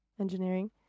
engineering